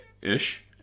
ish